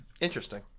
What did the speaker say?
Interesting